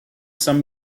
some